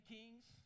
kings